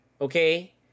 okay